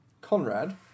Conrad